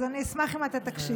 אז אשמח אם אתה תקשיב.